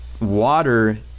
water